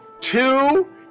two